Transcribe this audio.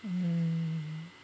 um